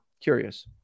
curious